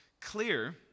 clear